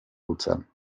luzern